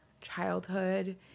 childhood